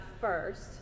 first